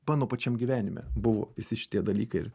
mano pačiam gyvenime buvo visi šitie dalykai ir